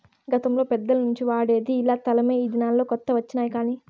గతంలో పెద్దల నుంచి వాడేది ఇలా తలమే ఈ దినాల్లో కొత్త వచ్చినాయి కానీ